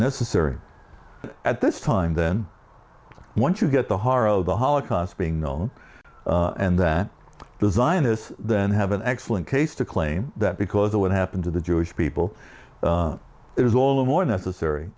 necessary at this time then once you get the hearo the holocaust being known and that design is then have an excellent case to claim that because of what happened to the jewish people it was all the more necessary